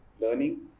learning